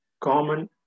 common